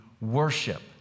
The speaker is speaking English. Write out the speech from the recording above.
worship